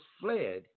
fled